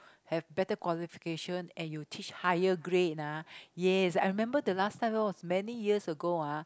have better qualification and you teach higher grade ah yes I remember the last time many years ago ah